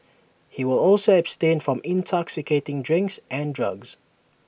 he will also abstain from intoxicating drinks and drugs